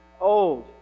old